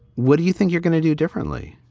what do you think you're going to do differently?